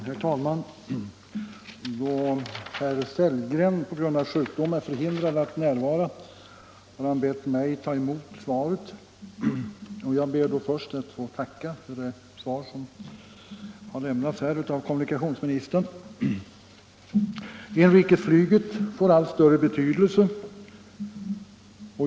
Herr talman! Då herr Sellgren på grund av sjukdom är förhindrad att närvara har han bett mig att ta emot svaret. Jag ber då först att få tacka för det svar som kommunikationsministern här har lämnat. Inrikesflyget får allt större betydelse.